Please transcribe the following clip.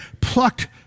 plucked